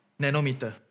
nanometer